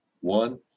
one